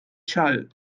schall